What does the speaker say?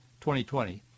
2020